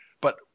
but